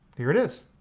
here it is.